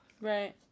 Right